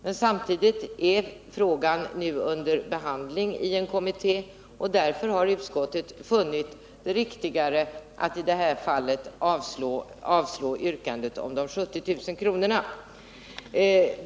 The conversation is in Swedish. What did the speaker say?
Men samtidigt är Onsdagen den frågan nu under behandling i en kommitté. Därför har utskottet funnit det 4 april 1979 riktigare att i detta fall avstyrka yrkandet om de 70 000 kronorna.